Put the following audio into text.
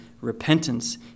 repentance